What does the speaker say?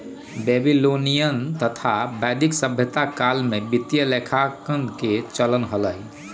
Babylonian तथा वैदिक सभ्यता काल में वित्तीय लेखांकन के चलन हलय